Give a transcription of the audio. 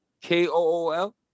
K-O-O-L